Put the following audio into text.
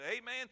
Amen